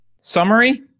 Summary